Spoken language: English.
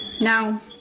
Now